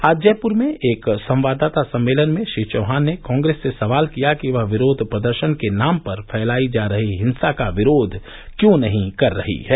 आज जयप्र में एक संवाददाता सम्मेलन में श्री चौहान ने कांग्रेस से सवाल किया कि वह विरोध प्रदर्शन के नाम पर फैलाई जा रही हिंसा का विरोध क्यों नहीं कर रही है